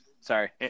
Sorry